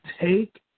take